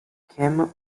kim